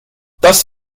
das